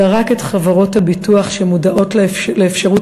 אלא רק את חברות הביטוח המודעות לאפשרות